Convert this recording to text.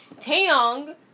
Taeyong